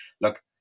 look